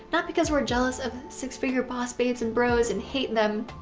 not because we're jealous of six-figure boss babes and bros and hate them.